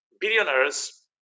billionaires